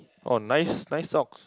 oh nice nice socks